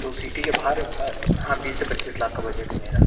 तो सिटी के बाहर हाँ बीस से पच्चीस लाख का बजट है मेरा